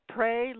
Pray